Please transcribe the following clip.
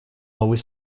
новый